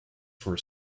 for